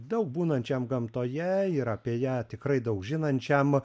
daug būnančiam gamtoje ir apie ją tikrai daug žinančiam